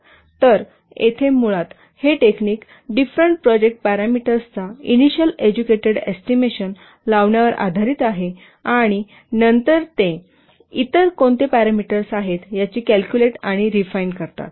तर येथे मुळात हे टेक्निक डिफरेंट प्रोजेक्ट पॅरामीटर्सचा इनिशिअल एज्युकेटेड एस्टिमेशन लावण्यावर आधारित आहे आणि नंतर ते इतर कोणते पॅरामीटर्स आहेत याची कॅल्कुलेट आणि रिफाइन करतात